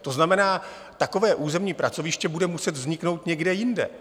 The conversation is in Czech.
To znamená, takové územní pracoviště bude muset vzniknout někde jinde.